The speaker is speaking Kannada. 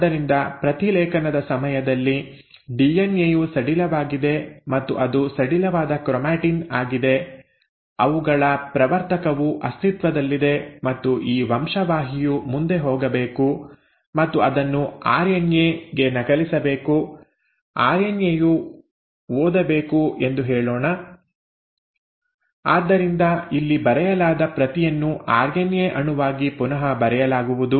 ಆದ್ದರಿಂದ ಪ್ರತಿಲೇಖನದ ಸಮಯದಲ್ಲಿ ಡಿಎನ್ಎ ಯು ಸಡಿಲವಾಗಿದೆ ಮತ್ತು ಅದು ಸಡಿಲವಾದ ಕ್ರೊಮಾಟಿನ್ ಆಗಿದೆ ಅವುಗಳ ಪ್ರವರ್ತಕವು ಅಸ್ತಿತ್ವದಲ್ಲಿದೆ ಮತ್ತು ಈ ವಂಶವಾಹಿಯು ಮುಂದೆ ಹೋಗಬೇಕು ಮತ್ತು ಅದನ್ನು ಆರ್ಎನ್ಎ ಗೆ ನಕಲಿಸಬೇಕು ಆರ್ಎನ್ಎ ಯು ಓದಬೇಕು ಎಂದು ಹೇಳೋಣ ಆದ್ದರಿಂದ ಇಲ್ಲಿ ಬರೆಯಲಾದ ಪ್ರತಿಯನ್ನು ಆರ್ಎನ್ಎ ಅಣುವಾಗಿ ಪುನಃ ಬರೆಯಲಾಗುವುದು